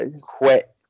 quit